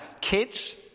kids